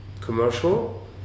commercial